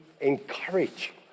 encourage